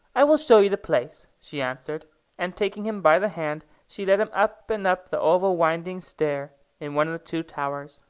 i will show you the place, she answered and taking him by the hand, she led him up and up the oval-winding stair in one of the two towers.